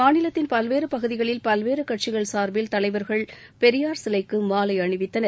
மாநிலத்தின் பல்வேறு பகுதிகளில் பல்வேறு கட்சிகள் சார்பில் தலைவர்கள் பெரியார் சிலைக்கு மாலை அணிவித்தனர்